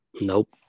nope